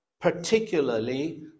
particularly